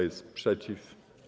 jest przeciw?